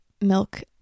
milk